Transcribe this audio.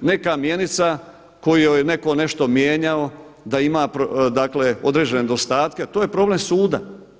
neka mjenica kojoj neko nešto mijenjao da ima određene nedostatke, a to je problem suda.